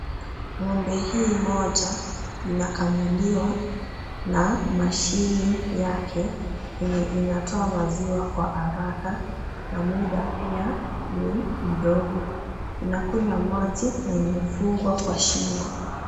Ng'ombe hii moja inakamuliwa na mashine yake yenye inatoa maziwa kwa haraka na muda pia ni mdogo. Inakunywa maji na imefungwa kwa shingo.